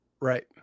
Right